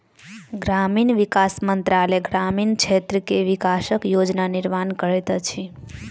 ग्रामीण विकास मंत्रालय ग्रामीण क्षेत्र के विकासक योजना निर्माण करैत अछि